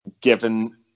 given